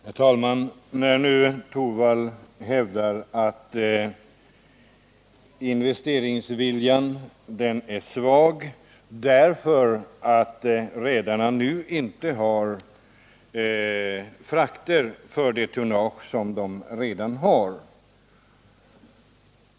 Herr talman! Rune Torwald hävdar att investeringsviljan är svag därför att redarna inte har frakter för det tonnage de redan har.